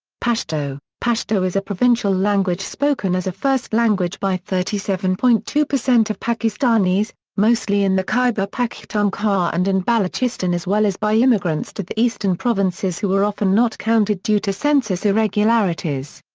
pashto pashto is a provincial language spoken as a first language by thirty seven point two of pakistanis, mostly in the khyber pakhtunkhwa and in balochistan as well as by immigrants to the eastern provinces who are often not counted due to census irregularities.